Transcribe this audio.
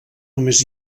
només